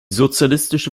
sozialistische